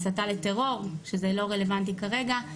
הסתה לטרור שזה לא רלוונטי כרגע,